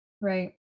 Right